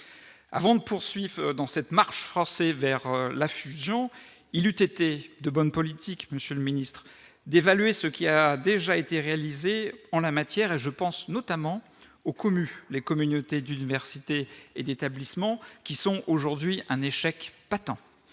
avant de poursuivre dans cette marche forcée vers la fusion, il eut été de bonne politique, Monsieur le Ministre d'évaluer ce qui a déjà été réalisé en la matière et je pense notamment aux communes, les communautés d'universités et d'établissements qui sont aujourd'hui un échec patent